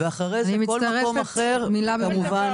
ואחרי זה, כל מקום אחר כמובן.